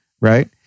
right